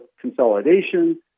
consolidation